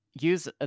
use